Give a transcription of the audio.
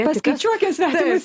paskaičiuokim svetimus